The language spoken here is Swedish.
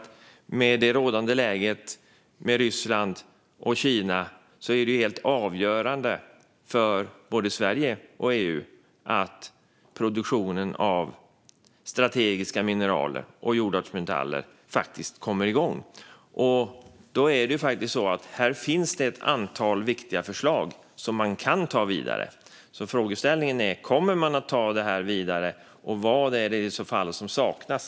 I det rådande läget med Ryssland och Kina är det helt avgörande för både Sverige och EU att produktionen av strategiska mineral och jordartsmetaller faktiskt kommer igång. Här finns det ett antal viktiga förslag som man kan ta vidare. Frågan är alltså: Kommer man att ta det här vidare, och vad är det i så fall som saknas?